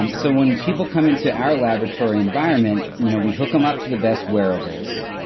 um so, when people come into our laboratory environment, you know we hook them up to the best wearables,